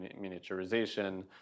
miniaturization